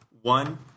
one